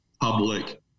public